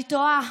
אני תוהה,